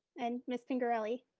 and miss pingerelli.